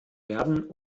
werden